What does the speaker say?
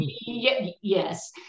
yes